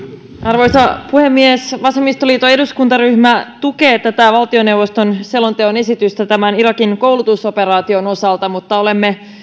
arvoisa puhemies vasemmistoliiton eduskuntaryhmä tukee tätä valtioneuvoston selonteon esitystä irakin koulutusoperaation osalta mutta olemme